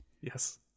Yes